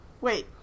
Wait